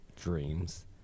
dreams